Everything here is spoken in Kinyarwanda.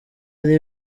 ari